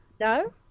No